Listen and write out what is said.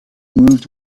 moved